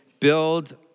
build